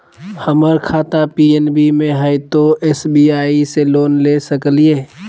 हमर खाता पी.एन.बी मे हय, तो एस.बी.आई से लोन ले सकलिए?